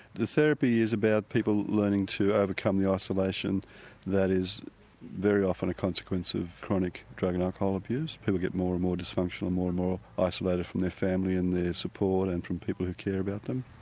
the therapy is about people learning to overcome the isolation that is very often a consequence of chronic drug and alcohol abuse, people get more and more dysfunctional and more and more isolated from their family and their support and from people who care about them.